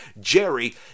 Jerry